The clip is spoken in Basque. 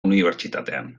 unibertsitatean